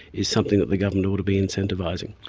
is something that the government ought to be incentivising.